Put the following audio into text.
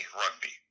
rugby